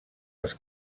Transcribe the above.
els